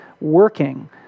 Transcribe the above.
working